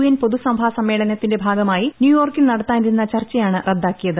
N പൊതു സഭാസമ്മേളനത്തിന്റെ ഭാഗമായി ന്യൂയോർക്കിൽ നടത്താനിരുന്ന ചർച്ചയാണ് റദ്ദാക്കിയത്